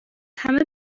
همه